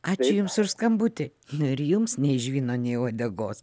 ačiū jums už skambutį ir jums nei žvyno nei uodegos